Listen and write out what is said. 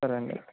సరే అండి